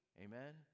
Amen